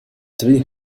three